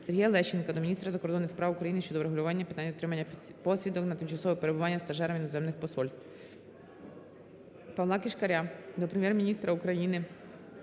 Сергія Лещенка до міністра закордонних справ України щодо врегулювання питання отримання посвідок на тимчасове перебування стажерами іноземних посольств. Павла Кишкаря до Прем'єр-міністра України,